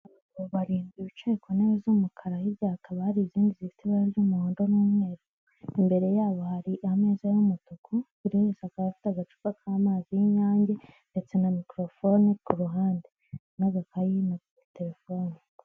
Abagabo barindwi bicaye ku ntebe z'umukara hirya hakaba hari izindi zifite ibara ry'umuhondo n'umweru, imbere yabo hari ameza y'umutuku, buri wese akaba afite agacupa k'amazi y'inyange, ndetse na mikorofone kuruhande n'agakayi na terefone.